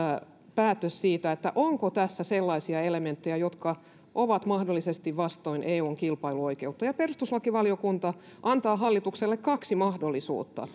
päätös siitä onko tässä sellaisia elementtejä jotka ovat mahdollisesti vastoin eun kilpailuoikeutta ja perustuslakivaliokunta antaa hallitukselle kaksi mahdollisuutta